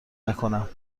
نکنم